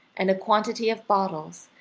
and a quantity of bottles,